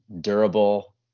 Durable